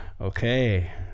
okay